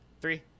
Three